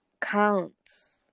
counts